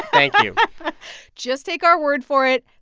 thank you just take our word for it.